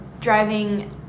driving